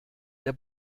der